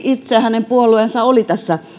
itse hänen puolueensa oli